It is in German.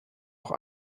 auch